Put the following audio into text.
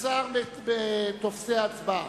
הוסר מטופסי ההצבעה.